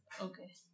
okay